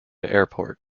airport